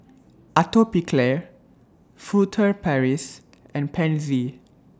Atopiclair Furtere Paris and Pansy